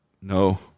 No